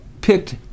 picked